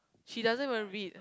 she doesn't even read